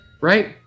Right